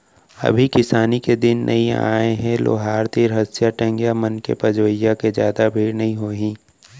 अभी किसानी के दिन नइ आय हे लोहार तीर हँसिया, टंगिया मन के पजइया के जादा भीड़ नइ होही